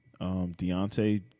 Deontay